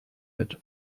mit